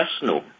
personal